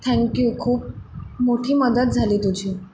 thank you खूप मोठी मदत झाली तुझी